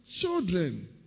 children